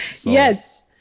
Yes